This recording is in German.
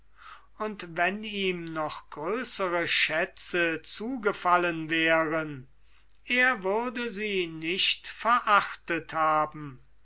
und wenn ihm noch größere schätze zugefallen wären er würde sie nicht verachtet haben